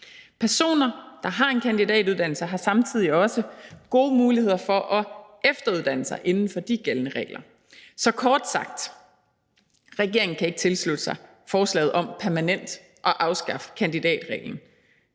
Personer, der har en kandidatuddannelse, har samtidig også gode muligheder for at efteruddanne sig inden for de gældende regler. Så kort sagt: Regeringen kan ikke tilslutte sig forslaget om permanent at afskaffe kandidatreglen.